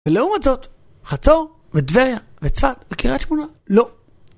ולעומת זאת, חצור, וטבריה, וצוות, וקרית שמונה, לא.